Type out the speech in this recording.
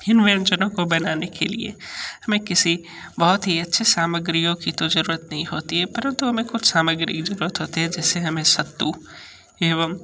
इन व्यंजनों को बनाने के लिए हमें किसी बहुत ही अच्छे सामग्रियों की तो जरूरत नहीं होती है परंतु हमें कुछ सामग्री की ज़रूरत होती है जैसे हमें सत्तू एवं